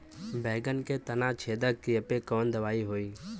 बैगन के तना छेदक कियेपे कवन दवाई होई?